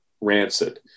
rancid